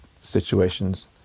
situations